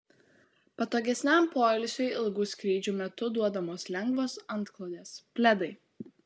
patogesniam poilsiui ilgų skrydžių metu duodamos lengvos antklodės pledai